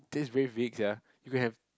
that's very vague sia you can have